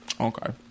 okay